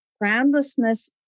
groundlessness